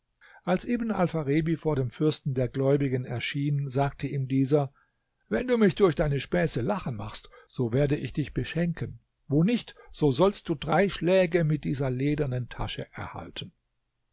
als ibn alpharebi vor dem fürsten der gläubigen erschien sagte ihm dieser wenn du mich durch deine spässe lachen machst so werde ich dich beschenken wo nicht so sollst du drei schläge mit dieser ledernen tasche erhalten